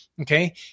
Okay